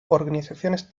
organizaciones